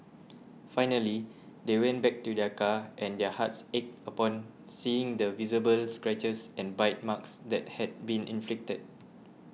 finally they went back to their car and their hearts ached upon seeing the visible scratches and bite marks that had been inflicted